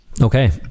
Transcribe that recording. Okay